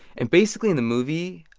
and basically, in the movie,